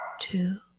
two